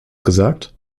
gesagt